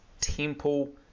temple